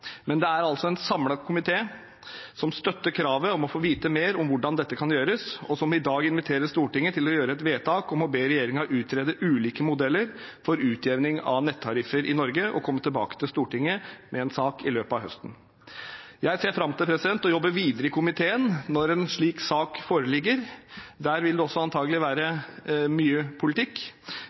men det er en samlet komité som støtter kravet om å få vite mer om hvordan dette kan gjøres, og som i dag inviterer Stortinget til å gjøre et vedtak om å be regjeringen utrede ulike modeller for utjevning av nettariffer i Norge og komme tilbake til Stortinget med en sak i løpet av høsten. Jeg ser fram til å jobbe videre i komiteen når en slik sak foreligger – der vil det også antakelig være mye politikk